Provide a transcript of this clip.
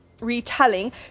retelling